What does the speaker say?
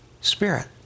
spirit